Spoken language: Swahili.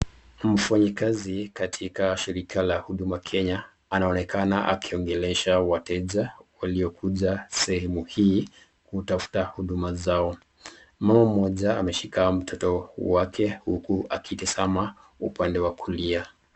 Mfanyikazi katika shirika la huduma Kenya, anaonekana akiongelesha wateja waliokuja sehemu hii kutafuta huduma zao, mama moja ameshika mtoto wake akitazama upande wa kulia.